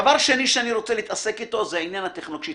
דבר שני שאני רוצה להתעסק איתו זה העניין הטכנולוגי.